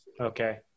Okay